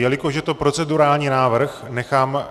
Jelikož je to procedurální návrh, nechám...